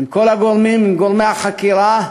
עם כל הגורמים, וגורמי החקירה,